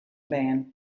bern